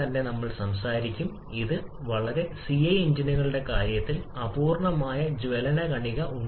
ഒരു പരുക്കൻ ഉത്തരം ആകാം ആറ്റങ്ങൾ ആഗിരണം ചെയ്യുന്ന ഊർജ്ജത്തിന്റെ അളവ് പരിഗണിച്ച് നൽകുന്നു